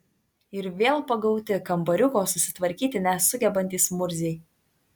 ir vėl pagauti kambariuko susitvarkyti nesugebantys murziai